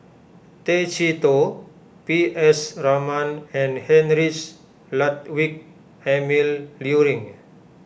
Tay Chee Toh P S Raman and Heinrich Ludwig Emil Luering